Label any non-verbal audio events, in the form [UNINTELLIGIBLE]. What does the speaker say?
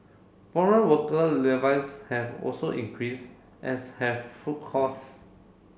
foreign worker [UNINTELLIGIBLE] have also increased as have food costs